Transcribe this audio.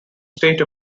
state